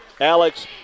Alex